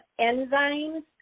enzymes